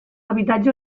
habitatge